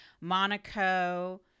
Monaco